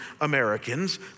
Americans